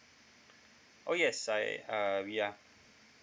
oh yes I uh we are